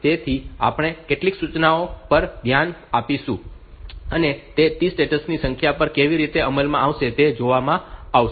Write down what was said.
તેથી આપણે કેટલીક સૂચનાઓ પર ધ્યાન આપીશું અને તે T સ્ટેટ્સની સંખ્યા પર કેવી રીતે અમલમાં આવે છે તે અહીં જોવામાં આવશે